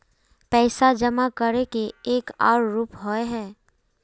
पैसा जमा करे के एक आर रूप होय है?